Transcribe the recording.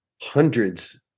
hundreds